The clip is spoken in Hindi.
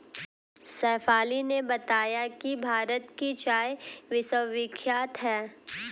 शेफाली ने बताया कि भारत की चाय विश्वविख्यात है